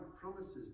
promises